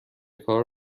کار